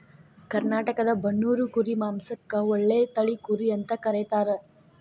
ಕರ್ನಾಟಕದ ಬನ್ನೂರು ಕುರಿ ಮಾಂಸಕ್ಕ ಒಳ್ಳೆ ತಳಿ ಕುರಿ ಅಂತ ಕರೇತಾರ